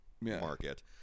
market